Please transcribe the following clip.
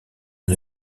une